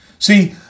See